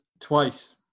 twice